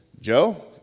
Joe